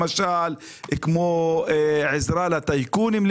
כמו עזרה לטייקונים.